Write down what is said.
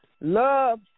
Love